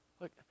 Look